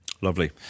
Lovely